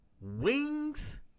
Wings